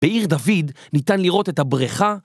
בעיר דוד ניתן לראות את הבריכה